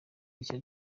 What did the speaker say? rishya